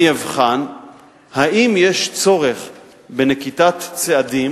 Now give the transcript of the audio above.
אני אבחן אם יש צורך בנקיטת צעדים